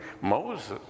Moses